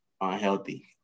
unhealthy